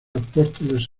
apóstoles